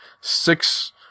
six